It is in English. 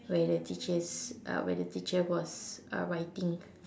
where they teachers uh where the teacher was uh writing